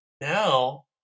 now